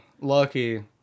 lucky